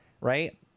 right